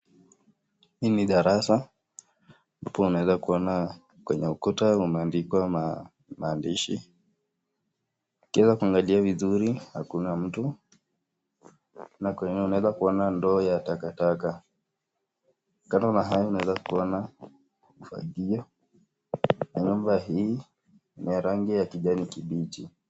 Hii ni darasa. Mtu anaweza kuona kwenye ukuta umeandikwa maandishi. Ukiweza ukiangalia vizuri hakuna mtu na unaweza kuona ndoo ya takataka. Kando na hayo unaweza kuona ufagio na nyumba hii ni ya rangi ya kijani kibichi.